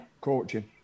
coaching